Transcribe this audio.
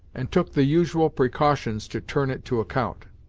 and took the usual precautions to turn it to account.